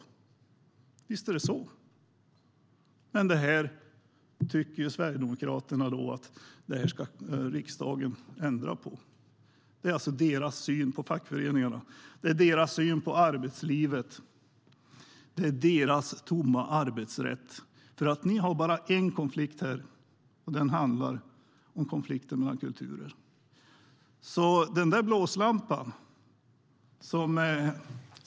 Visst är det så, men det tycker Sverigedemokraterna att riksdagen ska ändra på. Det är alltså deras syn på fackföreningarna, deras syn på arbetslivet och deras tomma arbetsrätt. Sverigedemokraterna har bara en konflikt, och det är konflikten mellan kulturer.